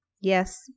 Yes